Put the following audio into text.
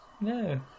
no